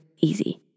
easy